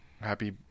Happy